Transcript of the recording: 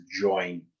join